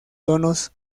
tonos